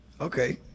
Okay